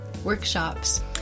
workshops